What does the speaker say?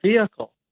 vehicle